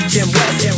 West